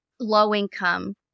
low-income